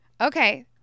okay